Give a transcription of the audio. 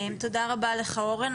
תודה רבה לך אורן.